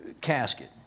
casket